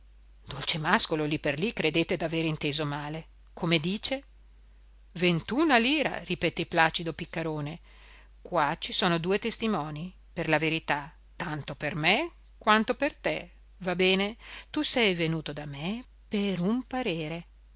più dolcemàscolo lì per lì credette d'aver inteso male come dice ventuna lira ripeté placido piccarone qua ci sono due testimoni per la verità tanto per me quanto per te va bene tu sei venuto da me per un parere